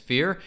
Fear